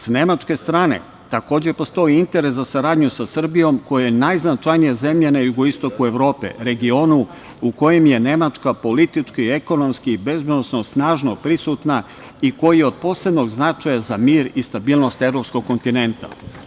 Sa nemačke strane takođe postoji interes za saradnju sa Srbijom, koja je najznačajnija zemlja na jugoistoku Evrope, regionu u kojem je Nemačka politički i ekonomski i bezbednosno snažno prisutna i koji je od posebnog značaja za mir i stabilnost evropskog kontinenta.